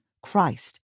Christ